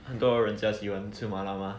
很多人喜欢吃麻辣 mah